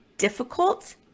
difficult